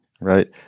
right